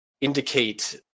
indicate